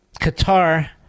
Qatar